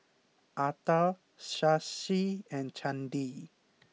Atal Shashi and Chandi